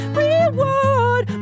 reward